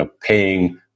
paying